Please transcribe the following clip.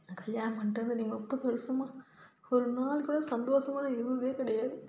நான் கல்யாணம் பண்ணிட்டு வந்து இன்றைக்கி முப்பது வருஷமாக ஒரு நாள் கூட சந்தோஷமா நான் இருந்ததே கிடையாது